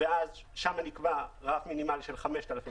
ושם נקבע רף מינימלי של 5,000 שקלים,